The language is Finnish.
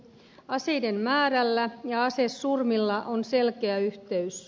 aseiden määrällä ja asesurmilla on selkeä yhteys